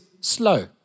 slow